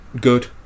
good